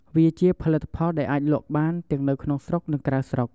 វាជាផលិតផលដែលអាចលក់បាន ទាំងនៅក្នុងស្រុក និងក្រៅស្រុក។